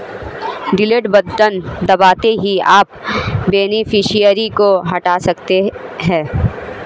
delete button दबाते ही आप बेनिफिशियरी को हटा सकते है